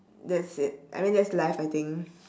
that's it I mean that's life I think